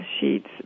sheets